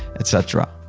et cetera.